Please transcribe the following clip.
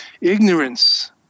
Ignorance